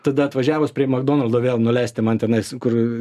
tada atvažiavus prie makdonaldo vėl nuleisti man tenais kur